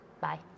Bye